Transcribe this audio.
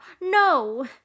no